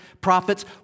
prophets